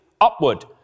upward